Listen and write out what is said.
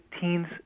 teens